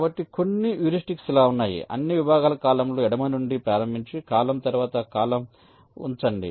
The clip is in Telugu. కాబట్టి కొన్ని హ్యూరిస్టిక్స్ ఇలా ఉన్నాయి అన్ని విభాగాల కాలమ్ లు ఎడమ నుండి ప్రారంభించి కాలమ్ తర్వాత కాలమ్ ఉంచండి